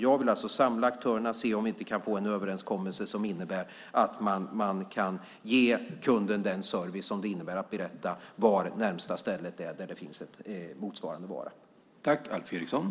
Jag vill samla aktörerna och se om vi kan få en överenskommelse som innebär att man kan ge kunden den service som det innebär att berätta var närmaste ställe är där motsvarande vara finns.